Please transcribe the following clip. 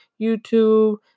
YouTube